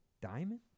Diamond